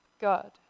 God